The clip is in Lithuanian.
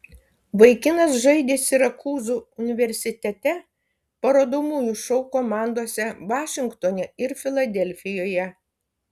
vaikinas žaidė sirakūzų universitete parodomųjų šou komandose vašingtone ir filadelfijoje